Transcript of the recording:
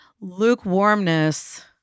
Lukewarmness